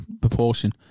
proportion